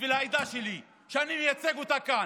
בשביל העדה שלי, שאני מייצג אותה כאן.